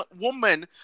woman